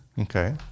Okay